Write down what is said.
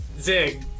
Zig